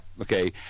Okay